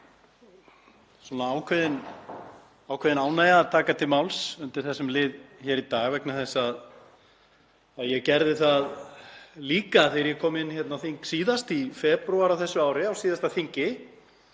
Það er ákveðin ánægja að taka til máls undir þessum lið hér í dag vegna þess að ég gerði það líka þegar ég kom inn á þing síðast í febrúar á þessu ári, á síðasta þingi.